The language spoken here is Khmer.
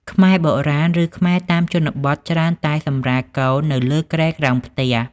ខ្មែរបុរាណ ឬ ខ្មែរតាមជនបទច្រើនតែសម្រាលកូននៅលើគ្រែក្រោមផ្ទះ។